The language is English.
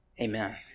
Amen